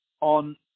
on